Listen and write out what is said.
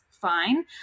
fine